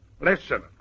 Listen